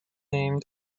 named